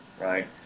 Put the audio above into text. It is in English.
right